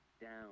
down